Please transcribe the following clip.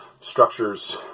structures